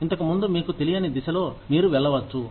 ఇంతకుముందు మీకు తెలియని దిశలో మీరు వెళ్ళవచ్చు